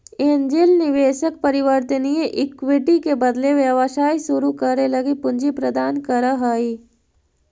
angel निवेशक परिवर्तनीय equity के बदले व्यवसाय शुरू करे लगी पूंजी प्रदान करऽ हइ